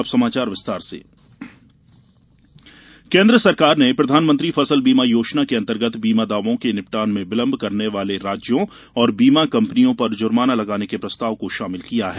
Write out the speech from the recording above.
अब समाचार विस्तार से बीमा ज्र्माना केन्द्र सरकार ने प्रधानमंत्री फसल बीमा योजना के अंतर्गत बीमा दावों के निपटान में विलंब करने वाले राज्यों और बीमा कंपनियों पर जुर्माना लगाने के प्रस्ताव को शामिल किया है